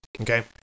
okay